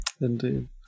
Indeed